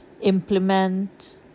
implement